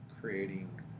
creating